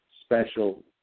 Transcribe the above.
special